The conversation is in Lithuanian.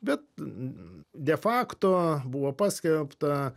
bet de fakto buvo paskelbta